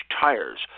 tires